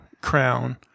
crown